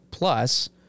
Plus